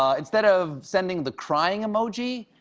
ah instead of sending the crying emoji,